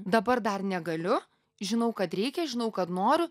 dabar dar negaliu žinau kad reikia žinau kad noriu